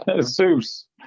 Zeus